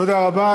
תודה רבה.